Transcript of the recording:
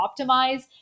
optimize